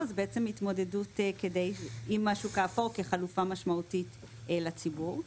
זה התמודדות עם השוק האפור כחלופה משמעותית לציבור.